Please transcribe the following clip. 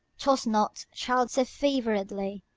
toss not, child, so feveredly.